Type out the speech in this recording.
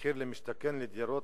מחיר למשתכן לדירות